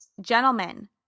gentlemen